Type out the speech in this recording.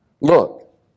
Look